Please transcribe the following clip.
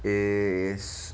is